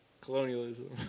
Colonialism